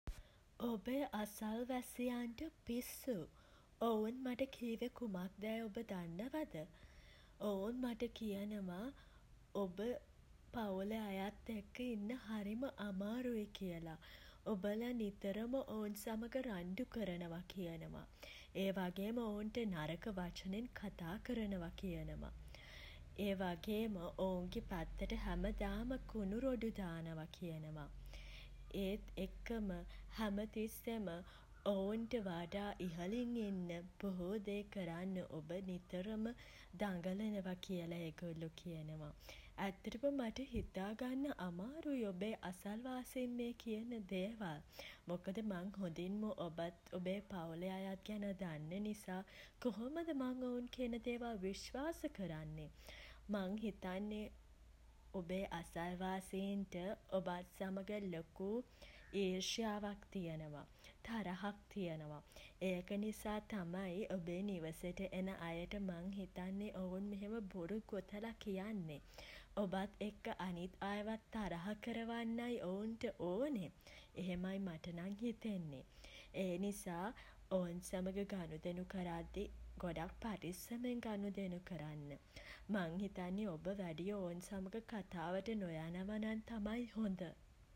ඔබේ අසල්වැසියන්ට පිස්සු. ඔවුන් මට කිව්වේ කුමක්දැයි ඔබ දන්නවද? ඔවුන් මට කියනවා ඔබ පවුලේ අයත් එක්ක ඉන්න හරිම අමාරුයි කියලා ඔබලා නිතරම ඔවුන් සමඟ රණ්ඩු කරනවා කියනවා. ඒ වගේම ඔවුන්ට නරක වචනෙන් කතා කරනවා කියනවා. ඒ වගේම ඔවුන්ගේ පැත්තට හැමදාම කුණු රොඩු දානවා කියනවා. ඒත් එක්කම හැම තිස්සෙම ඔවුන්ට වඩා ඉහළින් ඉන්න බොහෝ දේ කරන්න ඔබ නිතරම දඟලනවා කියලා ඒගොල්ලෝ කියනවා. ඇත්තටම මට හිතා ගන්න අමාරුයි ඔබේ අසල්වාසීන් මේ කියන දේවල්. මොකද මන් හොඳින්ම ඔබත් ඔබේ පවුලේ අයත් ගැන දන්න නිසා කොහොමද මං ඔවුන් කියන දේවල් විශ්වාස කරන්නෙ. මං හිතන්නේ ඔබේ අසල්වාසීන්ට ඔබත් සමඟ ලොකු ඊර්ශ්‍යාවක් තියෙනවා. තරහක් කියනවා. ඒක නිසා තමයි ඔබේ නිවසට එන අයට මං හිතන්නේ ඔවුන් එහෙම බොරු ගොතලා කියන්නේ. ඔබත් එක්ක අනිත් අයවත් හරහා කරවන්නයි ඔවුන්ට ඕනෙ. එහෙමයි මට නම් හිතෙන්නේ. ඒ නිසා ඔවුන් සමඟ ගනුදෙනු කරද්දී ගොඩක් පරිස්සමෙන් ගනුදෙනු කරන්න. මං හිතන්නේ ඔබ වැඩිය ඔවුන් සමඟ කතාවට නොයනවා නං තමයි හොඳ.